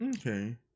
Okay